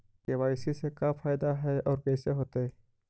KYC से का फायदा है और कैसे होतै?